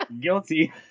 Guilty